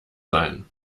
sein